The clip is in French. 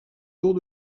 taux